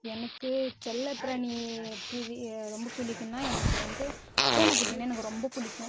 எனக்கு செல்லப்பிராணி பிரியம் ரொம்ப பிடிக்கும்னா எனக்கு வந்து பூனைக்குட்டினா எனக்கு ரொம்ப பிடிக்கும்